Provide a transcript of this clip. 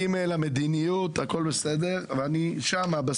אני סוברת שנתנו לך את כל התשובות,